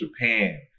Japan